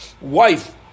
wife